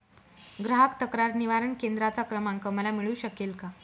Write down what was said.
ग्राहक तक्रार निवारण केंद्राचा क्रमांक मला मिळू शकेल का?